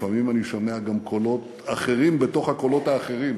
לפעמים אני שומע גם קולות אחרים בתוך הקולות האחרים.